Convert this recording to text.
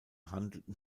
handelten